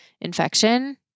infection